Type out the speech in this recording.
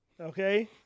okay